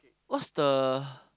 what's the